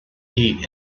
heat